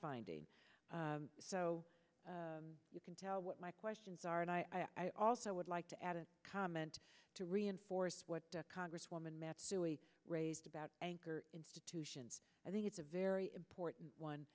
finding so you can tell what my questions are and i also would like to add a comment to reinforce what congresswoman matuidi raised about anchor institutions i think it's a very important one